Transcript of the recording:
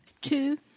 Two